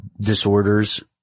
disorders